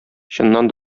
чыннан